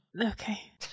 okay